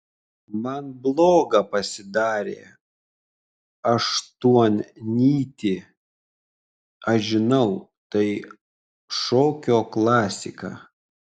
man bloga pasidarė aštuonnytį aš žinau tai šokio klasika